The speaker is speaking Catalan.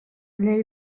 llei